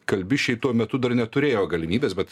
kalbišiai tuo metu dar neturėjo galimybės bet